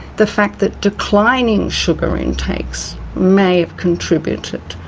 the fact that declining sugar intakes may have contributed.